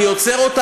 תודה רבה.